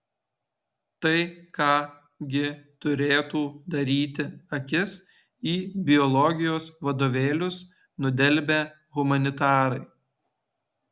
tai ką gi turėtų daryti akis į biologijos vadovėlius nudelbę humanitarai